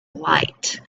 light